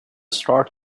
start